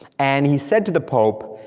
and he said to the pope,